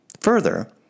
Further